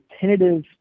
tentative